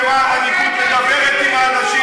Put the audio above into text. רצח מתחיל במה המנהיגות מדברת עם האנשים.